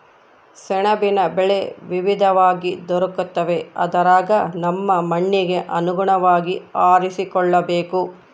ಸೆಣಬಿನ ಬೆಳೆ ವಿವಿಧವಾಗಿ ದೊರಕುತ್ತವೆ ಅದರಗ ನಮ್ಮ ಮಣ್ಣಿಗೆ ಅನುಗುಣವಾಗಿ ಆರಿಸಿಕೊಳ್ಳಬೇಕು